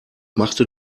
machte